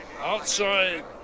Outside